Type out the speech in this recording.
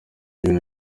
ibintu